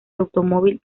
automóvil